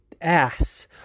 ass